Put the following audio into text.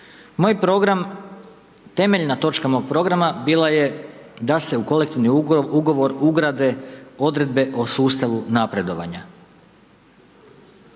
Moj program, temeljna točka mog programa bila je da se u kolektivni ugovor ugrade odredbe o sustavu napredovanja.